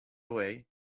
away